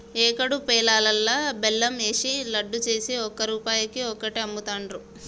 ఏకుడు పేలాలల్లా బెల్లం ఏషి లడ్డు చేసి ఒక్క రూపాయికి ఒక్కటి అమ్ముతాండ్రు